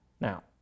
Now